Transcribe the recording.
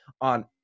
on